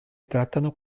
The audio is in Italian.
trattano